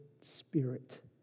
spirit